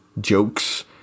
jokes